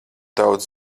daudz